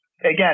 Again